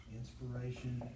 inspiration